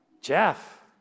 Jeff